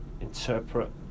interpret